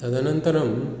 तदनन्तरम्